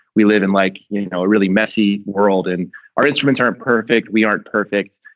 we live in like you know a really messy world and our instruments aren't perfect. we aren't perfect.